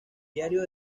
diario